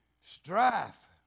strife